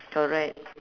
correct